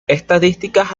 estadísticas